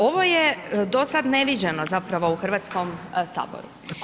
Ovo je do sada neviđeno zapravo u Hrvatskom saboru.